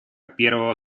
первого